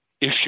issue